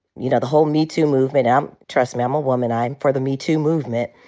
you know, the whole me too movement. um trust me, i'm a woman. i'm for the me too movement.